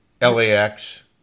LAX